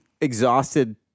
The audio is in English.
exhausted